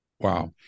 Wow